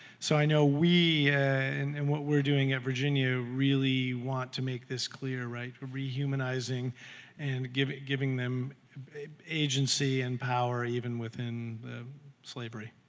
so i know we and and what we're doing at virginia really want to make this clear, right, the re humanizing and giving giving them agency and power even within slavery.